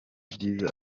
byiza